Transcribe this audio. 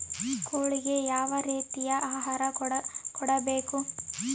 ಕೋಳಿಗಳಿಗೆ ಯಾವ ರೇತಿಯ ಆಹಾರ ಕೊಡಬೇಕು?